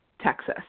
Texas